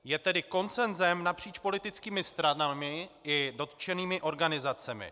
Je tedy konsenzem napříč politickými stranami i dotčenými organizacemi.